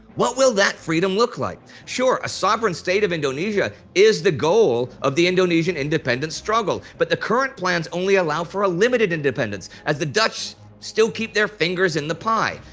what will that freedom look like? sure, a sovereign state of indonesia is the goal of the indonesian independence struggle. but the current plans only allow for a limited independence, as the dutch still keep their fingers in the pie.